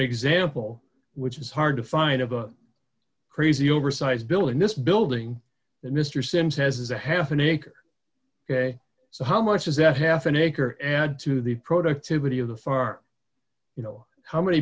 example which is hard to find of a crazy oversized bill in this building that mr sims has is a half an acre ok so how much is that half an acre and to the productivity of the far you know how many